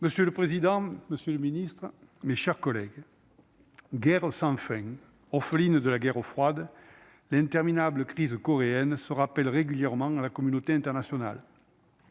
Monsieur le président, monsieur le ministre, mes chers collègues, guerre sans fin, orpheline de la guerre froide, l'interminable crise coréenne attire régulièrement l'attention de la communauté internationale.